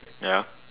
ya